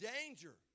danger